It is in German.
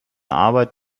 arbeit